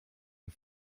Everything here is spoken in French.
les